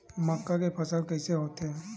मक्का के फसल कइसे होथे?